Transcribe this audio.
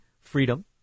freedom